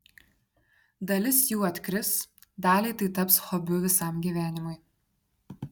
dalis jų atkris daliai tai taps hobiu visam gyvenimui